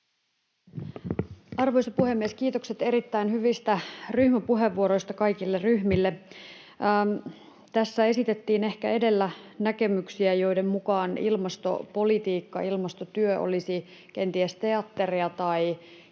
Arvoisa puhemies! Kiitokset erittäin hyvistä ryhmäpuheenvuoroista kaikille ryhmille. Tässä ehkä esitettiin edellä näkemyksiä, joiden mukaan ilmastopolitiikka ja ilmastotyö olisi kenties teatteria tai kenties jopa